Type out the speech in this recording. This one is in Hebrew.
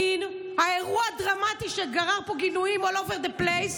בשאילתות לא מפריעים לחברי כנסת.